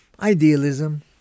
Idealism